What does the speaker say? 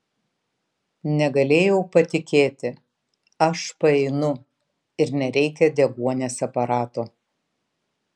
negalėjau patikėti aš paeinu ir nereikia deguonies aparato